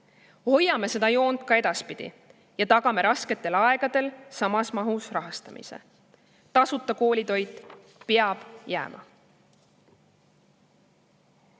Hoiame seda joont ka edaspidi ja tagame rasketel aegadel samas mahus rahastamise. Tasuta koolitoit peab jääma.